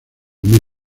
mil